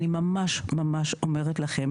אני ממש ממש אומרת לכם